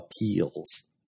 appeals